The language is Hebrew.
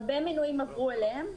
הרבה מנויים עברו אליהם.